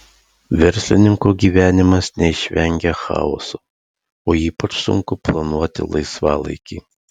verslininko gyvenimas neišvengia chaoso o ypač sunku planuoti laisvalaikį